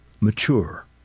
mature